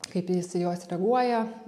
kaip jis į juos reaguoja